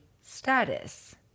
status